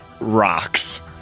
rocks